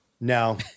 No